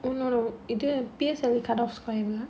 oh no no இது:idhu P_S_L_E cutoff point